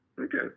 Okay